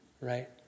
right